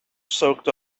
soaked